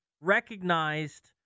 recognized